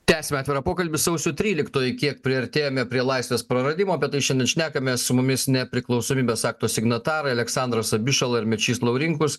tęsiame atvirą pokalbį sausio tryliktoji kiek priartėjome prie laisvės praradimo apie tai šiandien šnekamės su mumis nepriklausomybės akto signatarai aleksandras abišala ir mečys laurinkus